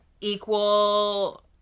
equal